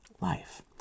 life